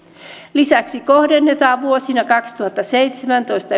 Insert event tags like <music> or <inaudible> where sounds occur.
lisäksi kohdennetaan vuosina kaksituhattaseitsemäntoista <unintelligible>